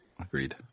agreed